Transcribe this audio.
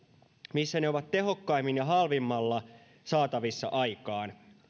missä ne ovat tehokkaimmin ja halvimmalla saatavissa aikaan